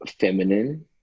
feminine